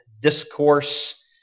discourse